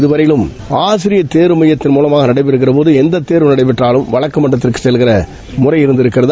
இதுவரையிலும் ஆசிரியர் தேர்வு மையத்தின் மூலமாக நடைபெறுகிறபோது எந்த தேர்வு நடைபெற்றாலும் வழக்கு மன்றத்திற்கு செல்கின்ற முறை இருந்திருக்கின்றது